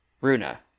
Runa